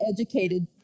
educated